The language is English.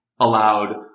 allowed